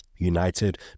united